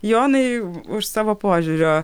jonai už savo požiūrio